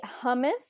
hummus